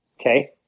Okay